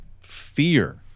fear